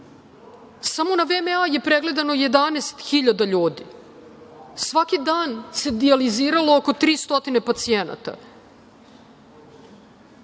može? Samo na VMA je pregledano 11 hiljada ljudi. Svaki dan se dijaliziralo oko 300 pacijenata.